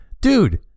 dude